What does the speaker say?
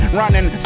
running